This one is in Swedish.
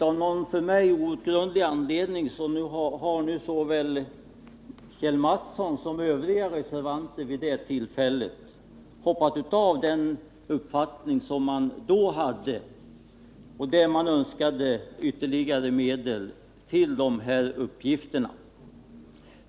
Av någon för mig outgrundlig anledning har nu såväl Kjell Mattsson som övriga som reserverade sig vid det tillfället hoppat av från denna uppfattning.